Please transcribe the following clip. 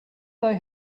they